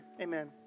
amen